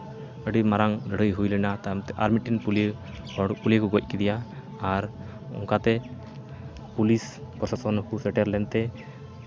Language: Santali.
ᱟᱹᱰᱤ ᱢᱟᱨᱟᱝ ᱞᱟᱹᱲᱦᱟᱹᱭ ᱦᱩᱭ ᱞᱮᱱᱟ ᱛᱟᱭᱚᱢ ᱛᱮ ᱟᱨ ᱢᱤᱫᱴᱮᱱ ᱯᱩᱞᱤᱭᱟᱹ ᱦᱚᱲ ᱯᱩᱞᱤᱭᱟᱹ ᱠᱚ ᱜᱚᱡ ᱠᱮᱫᱮᱭᱟ ᱟᱨ ᱚᱝᱠᱟ ᱛᱮ ᱯᱩᱞᱤᱥ ᱯᱚᱨᱥᱟᱥᱚᱱ ᱦᱚᱸᱠᱚ ᱥᱮᱴᱮᱨ ᱞᱮᱱᱛᱮ